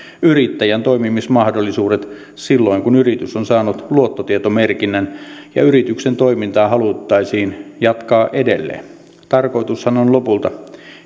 yrittäjän toimimismahdollisuudet silloin kun yritys on saanut luottotietomerkinnän ja yrityksen toimintaa haluttaisiin jatkaa edelleen tarkoitushan on lopulta